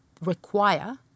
require